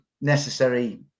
necessary